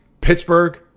Pittsburgh